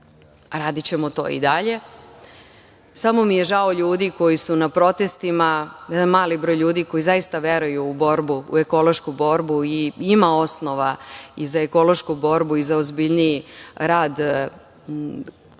radićemo to i dalje. Samo mi je žao ljudi koji su na protestima, jedan mali broj ljudi koji zaista veruju u borbu, u ekološku borbu, i ima osnova i za ekološku borbu i za ozbiljniji rad